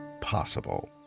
possible